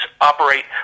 operate